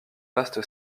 vaste